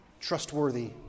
trustworthy